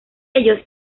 ellos